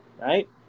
right